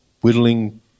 whittling